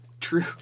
True